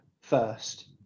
first